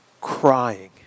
crying